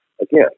Again